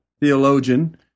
theologian